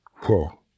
Whoa